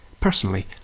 Personally